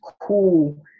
cool